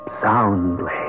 soundly